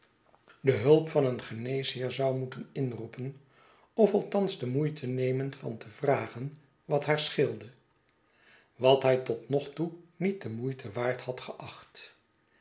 de hulp van een geneesheer zou moeten inroepen of althans de moeite nemen van te vragen wat haar scheelde wat hij totnpgtoe niet de moeite waard had geacht